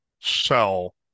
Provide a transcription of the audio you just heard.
sell